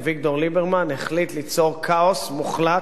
אביגדור ליברמן, החליט ליצור כאוס מוחלט.